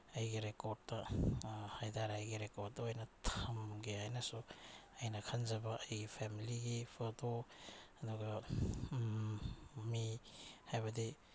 ꯑꯩꯒꯤ ꯔꯦꯀꯣꯔꯠꯇ ꯀꯩꯍꯥꯏꯇꯥꯔꯦ ꯑꯩꯒꯤ ꯔꯦꯀꯣꯔꯠꯇ ꯑꯣꯏꯅ ꯊꯝꯒꯦ ꯍꯥꯏꯅꯁꯨ ꯑꯩꯅ ꯈꯟꯖꯕ ꯑꯩꯒꯤ ꯐꯦꯃꯤꯂꯤꯒꯤ ꯐꯣꯇꯣ ꯑꯗꯨꯒ ꯃꯤ ꯍꯥꯏꯕꯗꯤ